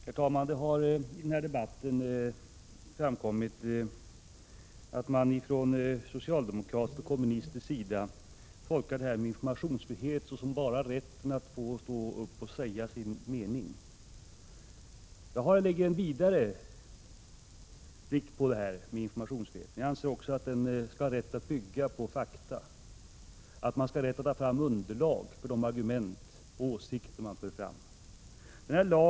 Herr talman! Det har i den här debatten framkommit att man från socialdemokratisk och kommunistisk sida tolkar informationsfrihet såsom enbart rätten att få stå upp och säga sin mening. Jag har en vidare blick när det gäller informationsfriheten. Jag anser nämligen att den också skall omfatta rätten att bygga på fakta. Man skall ha rätt att ta fram underlag för de argument och åsikter som man för fram.